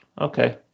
okay